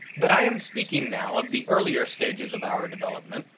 but i am speaking now of the earlier stages of our development,